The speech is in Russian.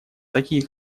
такие